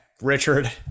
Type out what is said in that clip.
Richard